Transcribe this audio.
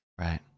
Right